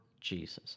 Jesus